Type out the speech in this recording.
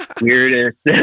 weirdest